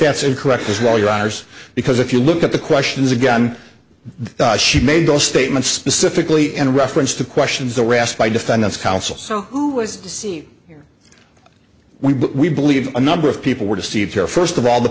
that's incorrect as well your honour's because if you look at the questions again she made those statements specifically in reference to questions the rest by defendant's counsel so as to see we believe a number of people were deceived here first of all the